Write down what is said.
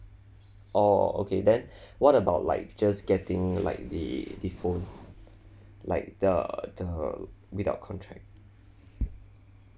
orh okay then what about like just getting like the the phone like the the without contract